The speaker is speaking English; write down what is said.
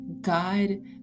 God